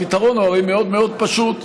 הפתרון הוא הרי מאוד מאוד פשוט: